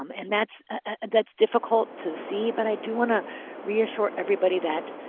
um and that's and that's difficult to see, but i do want to reassure everybody that,